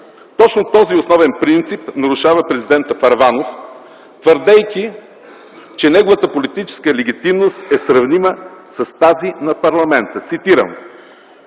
Точно този основен принцип нарушава президентът Първанов, твърдейки, че неговата политическа легитимност е сравнима с тази на парламента. Цитирам: